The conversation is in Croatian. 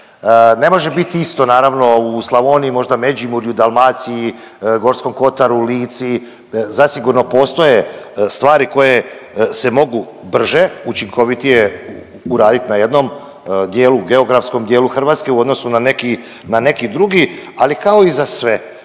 Ne može biti isto naravno u Slavoniji, možda Međimurju, Dalmaciji, Gorskom kotaru, Lici zasigurno postoje stvari koje se mogu brže, učinkovitije uraditi na jednom dijelu, geografskom dijelu Hrvatske u odnosu na neki, na neki drugi, ali kao i za sve